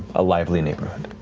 a lively neighborhood,